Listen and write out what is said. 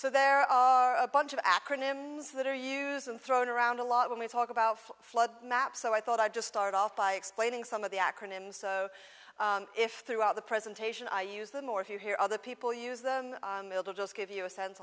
so there are a bunch of acronyms that are used and thrown around a lot when we talk about flood maps so i thought i'd just start off by explaining some of the acronyms so if throughout the presentation i use them or if you hear other people use them just give you a sense